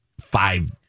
five